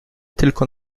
tylko